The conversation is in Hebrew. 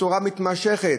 בצורה מתמשכת.